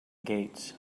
gates